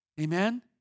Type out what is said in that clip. Amen